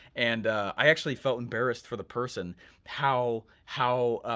and i actually felt embarrassed for the person how how